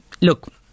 Look